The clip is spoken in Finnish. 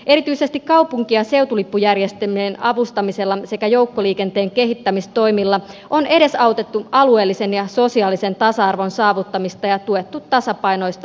erityisesti kaupunki ja seutulippujärjestelmien avustamisella sekä joukkoliikenteen kehittämistoimilla on edesautettu alueellisen ja sosiaalisen tasa arvon saavuttamista ja tuettu tasapainoista aluekehitystä